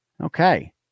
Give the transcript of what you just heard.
Okay